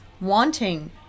wanting